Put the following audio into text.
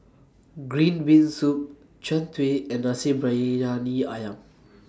Green Bean Soup Jian Dui and Nasi Briyani Ayam